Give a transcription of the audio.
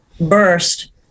burst